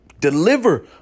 deliver